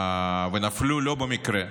ונפלו לא במקרה,